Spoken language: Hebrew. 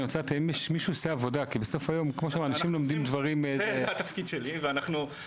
אני מבקש כי בסופו של יום אנשים לומדים דברים --- זה התפקיד שלי ואחד